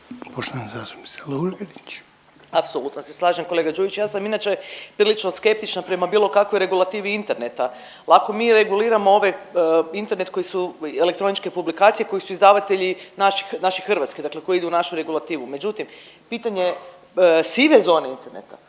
**Lugarić, Marija (SDP)** Apsolutno se slažem kolega Đujić. Ja sam inače prilično skeptična prema bilo kakvoj regulativi interneta. Lako mi reguliramo ove, Internet koji su elektroničke publikacije koji su izdavatelji naši hrvatski, dakle koji idu u našu regulativu. Međutim, pitanje je sive zone interneta,